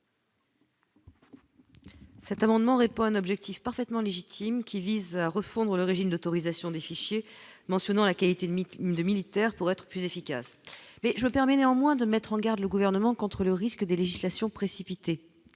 Cet amendement répond à un objectif parfaitement légitime qui vise à refondre le régime d'autorisation des fichiers mentionnant la qualité de mythe militaires pour être plus efficace, mais je me permet néanmoins de mettre en garde le gouvernement contre le risque des législations précipité